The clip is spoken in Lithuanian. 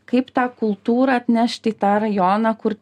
kaip tą kultūrą atnešti į tą rajoną kur